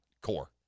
core